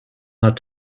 hat